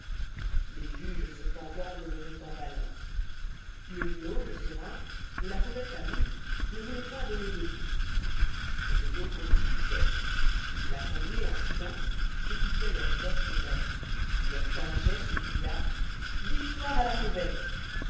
ces juges cependant demeuraient en balafrée le linot le serin de la fauvette amis ne vouloienf point donner de prix les autres disputaient l'asssmblée en silence écoutoit leurs doctes avis lorsqu'un geai s'écria victoire à la fauvette